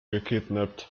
gekidnappt